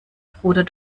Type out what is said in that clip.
bruder